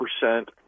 percent